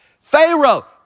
Pharaoh